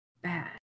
bad